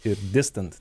ir distant